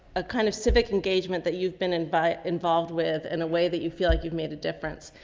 a kind of civic engagement that you've been in by involved with in a way that you feel like you've made a difference.